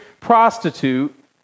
prostitute